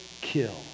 kill